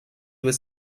was